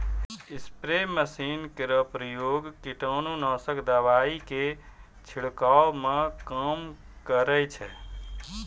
spray machine केरो प्रयोग कीटनाशक दवाई क छिड़कावै म काम करै छै